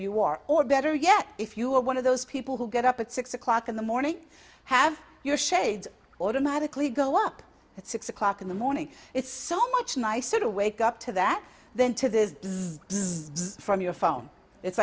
you are or better yet if you are one of those people who get up at six o'clock in the morning have your shades automatically go up at six o'clock in the morning it's so much nicer to wake up to that than to the zone from your phone it's